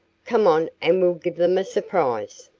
come on and we'll give them a surprise.